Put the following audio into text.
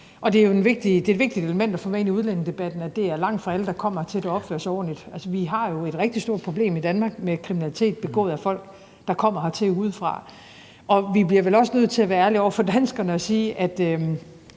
det er et vigtigt element at få med ind i udlændingedebatten, at det langtfra er alle, der kommer hertil, der opfører sig ordentligt. Altså, vi har jo et rigtig stort problem i Danmark med kriminalitet begået af folk, der kommer hertil udefra. Og vi bliver vel også nødt til at være ærlige over for danskerne og sige,